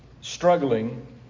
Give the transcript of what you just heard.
struggling